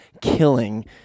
killing